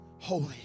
Holy